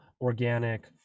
organic